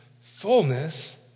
fullness